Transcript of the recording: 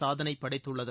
சாதனை படைத்துள்ளது